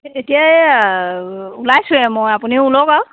এতিয়া এয়া ওলাইছোঁৱেই মই আপুনি ওলক আৰু